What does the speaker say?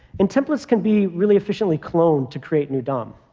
and templates can be really efficiently cloned to create new dom.